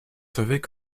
savaient